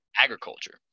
Agriculture